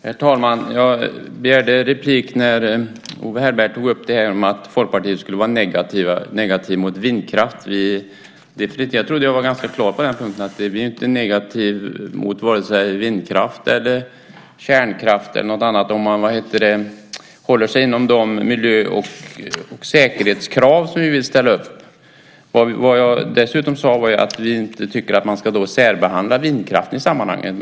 Herr talman! Jag begärde replik när Owe Hellberg tog upp att Folkpartiet skulle vara negativt mot vindkraft. Jag trodde att jag var ganska klar på den punkten. Vi är inte negativa mot vare sig vindkraft, kärnkraft eller något annat om man håller sig inom de miljö och säkerhetskrav som vi vill ställa upp. Det jag dessutom sade var att vi inte tycker att man ska särbehandla vindkraften i sammanhanget.